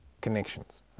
connections